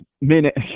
minute